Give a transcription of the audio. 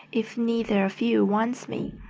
if neither of you wants me.